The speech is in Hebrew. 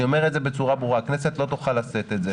אני אומר את זה בצורה ברורה: הכנסת לא תוכל לשאת את זה.